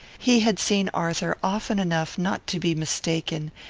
he had seen arthur often enough not to be mistaken,